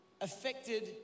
affected